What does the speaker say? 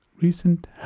Recent